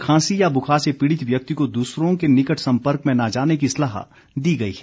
खांसी या बुखार से पीड़ित व्यक्ति को दूसरों के निकट सम्पर्क में न जाने की सलाह दी गई है